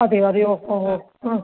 അതെയോ അതെയോ ഓ ഓ ആ